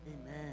Amen